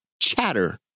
chatter